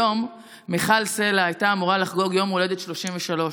היום מיכל סלה הייתה אמורה לחגוג יום הולדת 33,